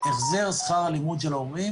החזר שכר הלימוד של ההורים